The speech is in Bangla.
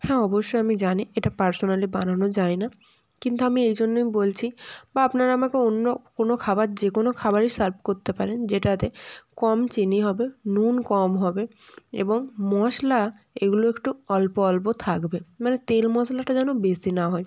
হ্যাঁ অবশ্যই আমি জানি এটা পার্সোনালি বানানো যায় না কিন্তু আমি এই জন্যে বলছি বা আপনারা আমাকে অন্য কোনো খাবার যে কোনো খাবারই সার্ভ করতে পারেন যেটাতে কম চিনি হবে নুন কম হবে এবং মশলা এগুলো একটু অল্প অল্প থাকবে মানে তেল মশলাটা যেন বেশি না হয়